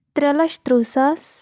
ترٛےٚ لَچھ تٕرٛہ ساس